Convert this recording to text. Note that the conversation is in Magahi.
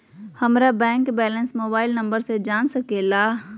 हमारा बैंक बैलेंस मोबाइल नंबर से जान सके ला?